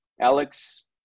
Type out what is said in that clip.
Alex